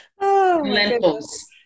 lentils